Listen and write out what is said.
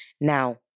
now